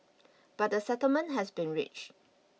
but a settlement has been reach